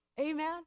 Amen